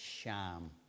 sham